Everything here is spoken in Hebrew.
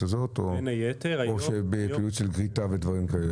הזאת או בפעילות של גריטה ודברים כאלה?